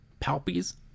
palpies